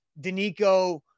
Danico